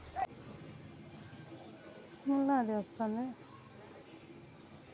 Atal pension Yojana కేంద్ర పెబుత్వం అందిస్తున్న పతకాలలో సేనా పాపులర్ అయిన పెన్సన్ పతకం